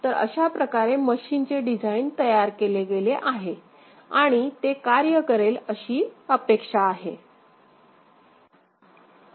तर अशा प्रकारे मशीनचे डिझाइन तयार केले गेले आहे आणि ते कार्य करेल अशी अपेक्षा आहे